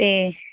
ਅਤੇ